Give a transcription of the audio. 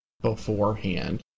beforehand